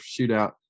Shootout